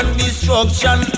destruction